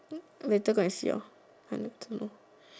later go and see lor I don't know